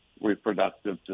reproductive